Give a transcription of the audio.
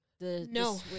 No